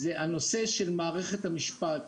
הנושא של מערכת המשפט.